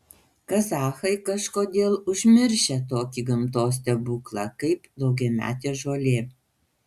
kazachai kažkodėl užmiršę tokį gamtos stebuklą kaip daugiametė žolė